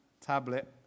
tablet